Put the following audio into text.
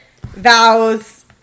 vows